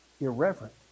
irreverent